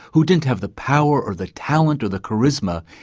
who didn't have the power or the talent or the charisma,